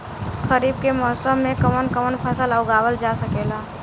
खरीफ के मौसम मे कवन कवन फसल उगावल जा सकेला?